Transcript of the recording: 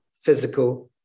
physical